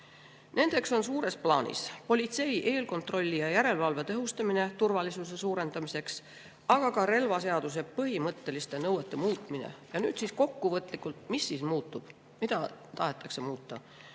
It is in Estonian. Nendeks on suures plaanis politsei eelkontrolli ja järelevalve tõhustamine turvalisuse suurendamiseks, aga ka relvaseaduse põhimõtteliste nõuete muutmine. Ja nüüd siis kokkuvõtlikult, mis muutub, mida tahetakse muuta.